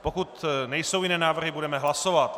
Pokud nejsou jiné návrhy, budeme hlasovat.